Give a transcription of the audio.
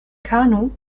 kanu